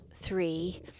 three